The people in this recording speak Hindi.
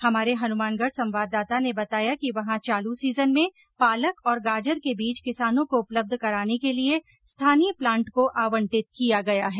हमारे हनुमानगढ संवाददाता ने बताया कि वहां चालू सीजन में पालक और गाजर के बीज किसानों को उपलब्ध कराने के लिए स्थानीय प्लांट को आवंटित किया गया है